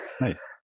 Nice